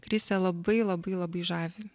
krise labai labai labai žavi